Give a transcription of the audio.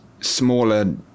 smaller